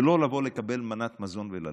זה לא לבוא לקבל מנת מזון וללכת,